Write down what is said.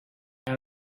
and